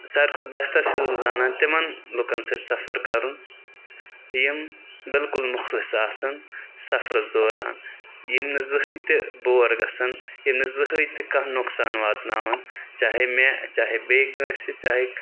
ساروی کھۄتہٕ بہتر چھُس بہٕ زانان تِمَن لُکَن سۭتۍ سفر کَرُن یِم بِلکُل مُخلِص آسَن سفرَس دوران یِم نہٕ زٕہٕنۍ تہِ بور گژھن یِم نہٕ زٕہٕنۍ تہِ کانٛہہ نۄقصان واتناوَن چاہے مےٚ چاہے بیٚیہِ کٲنٛسہِ چاہے